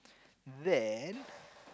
then